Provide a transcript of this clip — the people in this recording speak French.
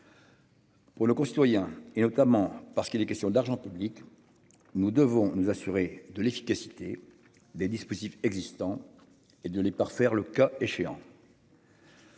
Pour le concitoyens et notamment parce qu'il est question d'argent public. Nous devons nous assurer de l'efficacité des dispositifs existants et de les parfaire le cas échéant.